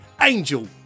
angel